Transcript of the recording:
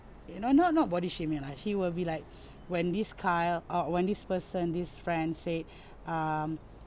eh not not not body shaming lah he will be like when this kyle uh when this person this friend say um